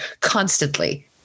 constantly